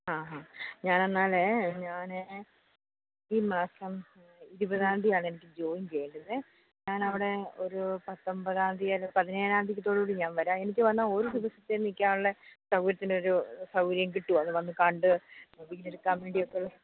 ആ ഹ ഞാനെന്നാലേ ഞാൻ ഈ മാസം ഇരുപതാം തീയതി ആണെനിക്ക് ജോയിൻ ചെയ്യേണ്ടുന്നത് ഞാനവിടെ ഒരു പത്തൊൻപതാം തീയതി അല്ലൊരു പതിനേഴാം തീയതിക്ക് കൂടി ഞാൻ വരാം എനിക്ക് വന്നാൽ ഒരു ദിവസത്തേക്ക് നിൽക്കാനുള്ള സൗകര്യത്തിനൊരു സൗകര്യം കിട്ടുവോ അത് വന്ന് കണ്ട് എടുക്കാൻ വേണ്ടിയൊക്കെ